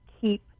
keep